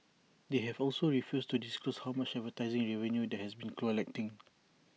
they have also refused to disclose how much advertising revenue they have been collecting